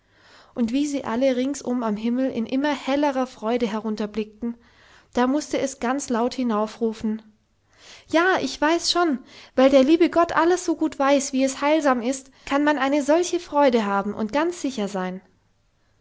und wie sie alle ringsum am himmel in immer hellerer freude herunterblickten da mußte es ganz laut hinaufrufen ja ich weiß schon weil der liebe gott alles so gut weiß wie es heilsam ist kann man eine solche freude haben und ganz sicher sein